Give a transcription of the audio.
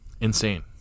insane